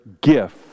gift